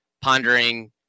pondering